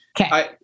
Okay